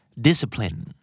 Discipline